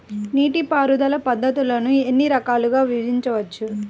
నీటిపారుదల పద్ధతులను ఎన్ని రకాలుగా విభజించవచ్చు?